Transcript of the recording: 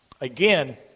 again